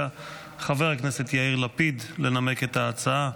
חבר הכנסת יאיר לפיד לנמק את ההצעה.